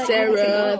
Sarah